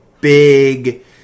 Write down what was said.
big